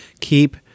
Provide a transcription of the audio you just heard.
keep